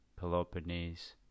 Peloponnese